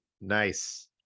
nice